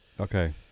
Okay